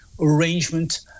arrangement